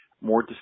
more